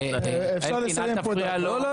אפשר לסיים פה --- לא,